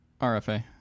RFA